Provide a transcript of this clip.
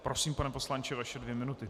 Prosím, pane poslanče, vaše dvě minuty.